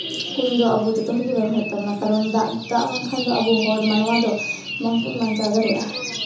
ᱠᱩᱧ ᱫᱚ ᱟᱵᱚ ᱡᱚᱛᱚ ᱦᱚᱲᱜᱮ ᱵᱮᱵᱚᱦᱟᱨ ᱦᱩᱭᱩᱜ ᱛᱟᱵᱚᱱᱟ ᱠᱟᱨᱚᱱ ᱫᱟᱜ ᱫᱟᱜ ᱵᱟᱝᱠᱷᱟᱱ ᱫᱚ ᱟᱵᱚ ᱦᱚᱲ ᱢᱟᱱᱣᱟ ᱫᱚ ᱵᱟᱝᱵᱚᱱ ᱵᱟᱧᱪᱟᱣ ᱫᱟᱲᱮᱭᱟᱜᱼᱟ